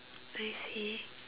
I see